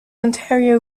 ontario